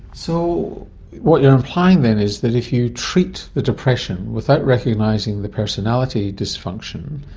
so what you're implying then is that if you treat the depression without recognising the personality dysfunction,